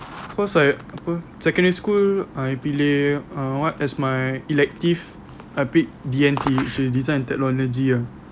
because I apa secondary school I pilih ah what as my elective I pick D&T okay design and technology ah